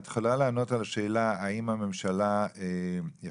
את יכולה לענות על השאלה האם הממשלה יכולה,